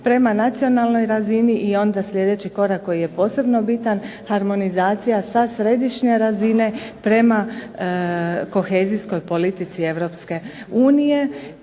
prema nacionalnoj razini i onda sljedeći korak koji je posebno bitan, harmonizacija sa središnje razine prema kohezijskoj politici Europske unije.